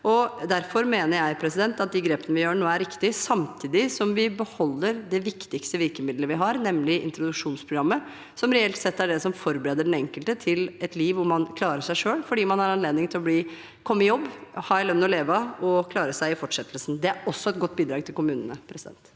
for kommunene, og jeg mener de grepene vi gjør nå, er riktige. Samtidig beholder vi det viktigste virkemidlet vi har, nemlig introduksjonsprogrammet, som reelt sett er det som forbereder den enkelte til et liv hvor man klarer seg selv, fordi man har anledning til å komme i jobb, ha en lønn å leve av og klare seg i fortsettelsen. Det er også et godt bidrag til kommunene. Tobias